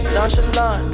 Nonchalant